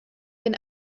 wenn